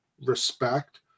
respect